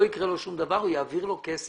לא יקרה לו שום דבר והוא יעביר לו כסף